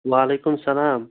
وعلیکُم سَلام